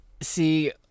See